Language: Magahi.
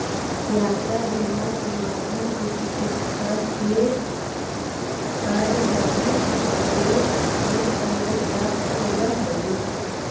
यात्रा बीमा के माध्यम से चिकित्सकीय कार्य लगी भी विदेश में सहयोग प्राप्त होवऽ हइ